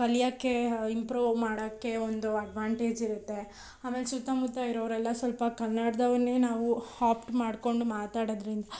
ಕಲಿಯೋಕ್ಕೆ ಇಂಪ್ರೂವ್ ಮಾಡೋಕ್ಕೆ ಒಂದು ಅಡ್ವಾಂಟೇಜ್ ಇರುತ್ತೆ ಆಮೇಲೆ ಸುತ್ತಮುತ್ತ ಇರೋರೆಲ್ಲ ಸ್ವಲ್ಪ ಕನ್ನಡದವನ್ನೇ ನಾವು ಆಪ್ಟ್ ಮಾಡ್ಕೊಂಡು ಮಾತಾಡೋದ್ರಿಂದ